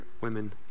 women